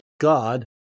God